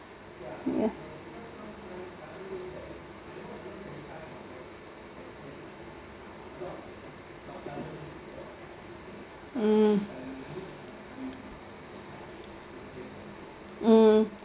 um um